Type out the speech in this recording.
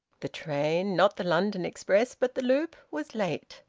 the train not the london express, but the loop was late.